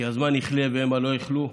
כי הזמן יכלה והמה לא יכלו,